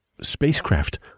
spacecraft